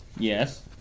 Yes